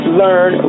learn